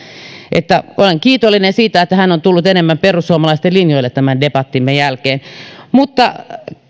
olen kiitollinen siitä että hän on tullut enemmän perussuomalaisten linjoille tämän debattimme jälkeen